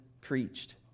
preached